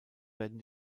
werden